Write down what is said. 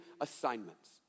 assignments